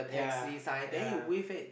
yeah yeah